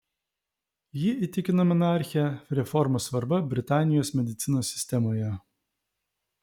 ji įtikino monarchę reformų svarba britanijos medicinos sistemoje